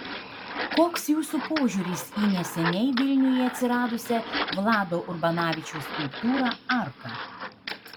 koks jūsų požiūris į neseniai vilniuje atsiradusią vlado urbanavičiaus skulptūrą arka